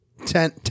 ten